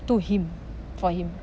to him for him